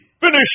Finish